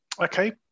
Okay